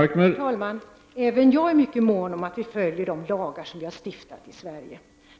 Herr talman! Även jag är mycket mån om att vi följer de lagar som vi har stiftat här i Sverige.